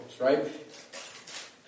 right